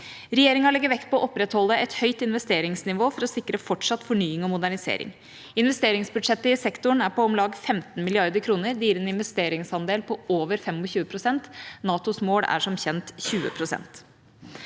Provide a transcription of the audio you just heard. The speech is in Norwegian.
Regjeringa legger vekt på å opprettholde et høyt investeringsnivå for å sikre fortsatt fornying og modernisering. Investeringsbudsjettet i sektoren er på om lag 15 mrd. kr. Det gir en investeringsandel på over 25 pst. NATOs mål er som kjent 20 pst.